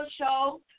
show